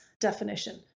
definition